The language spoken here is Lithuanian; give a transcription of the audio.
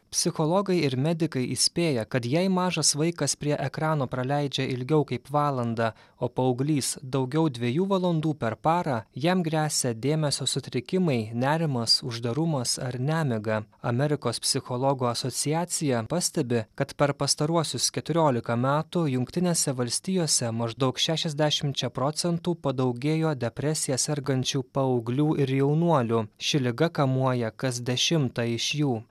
psichologai ir medikai įspėja kad jei mažas vaikas prie ekrano praleidžia ilgiau kaip valandą o paauglys daugiau dviejų valandų per parą jam gresia dėmesio sutrikimai nerimas uždarumas ar nemiga amerikos psichologų asociacija pastebi kad per pastaruosius keturiolika metų jungtinėse valstijose maždaug šešiasdešimčia procentų padaugėjo depresija sergančių paauglių ir jaunuolių ši liga kamuoja kas dešimtą iš jų